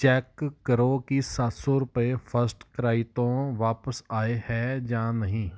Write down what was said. check ਕਰੋ ਕੀ ਸੱਤ ਸੌ ਰੁਪਏ ਫ਼ਸਟਕ੍ਰਾਈ ਤੋਂ ਵਾਪਸ ਆਏ ਹੈ ਜਾਂ ਨਹੀਂ